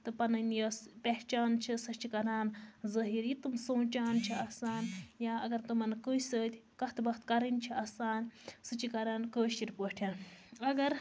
تہٕ پَنٕنۍ یۄس پَہچان چھِ سۄ چھِ کران ظٲہِر یہِ تِم سونچان چھِ آسان یا اَگر تِمَن کٲنسہِ سۭتۍ کَتھ باتھ کَرٕنۍ چھِ آسان سُہ چھِ کران کٲشِر پٲٹھۍ اَگر